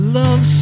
love